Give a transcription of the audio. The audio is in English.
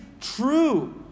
true